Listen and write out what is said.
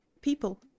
people